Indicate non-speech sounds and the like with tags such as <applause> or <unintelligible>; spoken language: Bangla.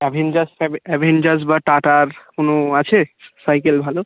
অ্যাভেনজার্স <unintelligible> অ্যাভেনজার্স বা টাটার কোনো আছে সাইকেল ভালো